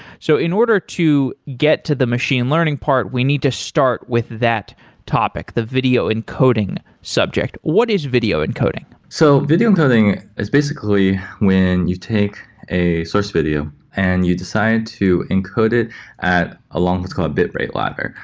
so in order to get to the machine learning part, we need to start with that topic the video encoding subject. what is video encoding? so video encoding is basically when you take a source video and you decide to encode it at along, let's call a bitrate ladder.